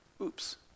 oops